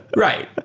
right.